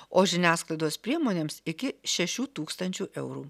o žiniasklaidos priemonėms iki šešių tūkstančių eurų